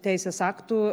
teisės aktų